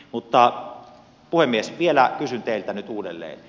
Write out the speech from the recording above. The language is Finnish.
mutta puhemies vielä kysyn teiltä nyt uudelleen